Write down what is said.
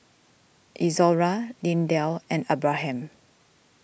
Izora Lindell and Abraham